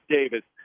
Davis